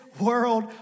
world